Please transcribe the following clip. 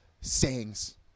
sayings